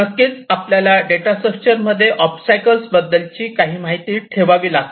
नक्कीच आपल्याला data structure मध्ये ओबस्टॅकल्स बद्दलचे काही माहिती ठेवावी लागते